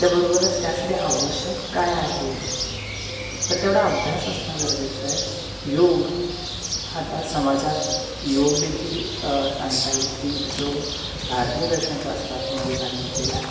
त्याबरोबरच त्यासाठी आवश्यक काय आहे तर तेवढा अभ्यास असणं गरजेचं आहे योग आता समाजात योगदेखील सांगता येईल की जो भारतीय दर्शनशास्त्रामध्ये सांगितलेला आहे